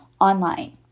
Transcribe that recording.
online